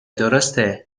درسته